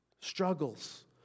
Struggles